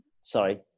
sorry